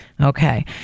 okay